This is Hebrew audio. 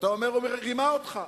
ואתה אומר: הוא רימה אותך.